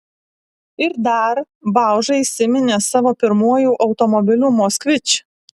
ir dar bauža įsiminė savo pirmuoju automobiliu moskvič